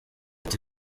ati